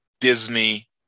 Disney